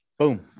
Boom